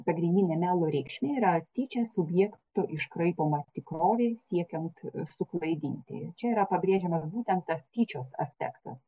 pagrindinė melo reikšmė yra tyčia subjektų iškraipoma tikrovė siekiant suklaidinti čia yra pabrėžiamas būtent tas tyčios aspektas